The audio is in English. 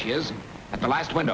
she is the last one